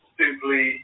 simply